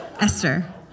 Esther